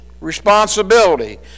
responsibility